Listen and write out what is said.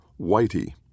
Whitey